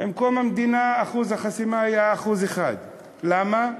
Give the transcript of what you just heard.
עם קום המדינה אחוז החסימה היה 1%. למה?